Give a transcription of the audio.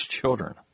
children